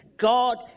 God